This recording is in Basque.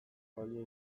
balio